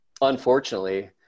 unfortunately